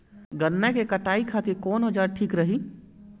गन्ना के कटाई खातिर कवन औजार ठीक रही?